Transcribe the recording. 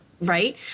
Right